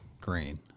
green